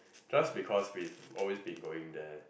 just because we've always been going there